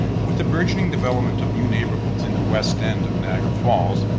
with the burgeoning development of new neighborhoods in the west end of niagara falls,